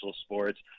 sports